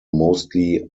mostly